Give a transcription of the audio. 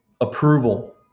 approval